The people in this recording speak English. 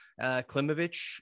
Klimovich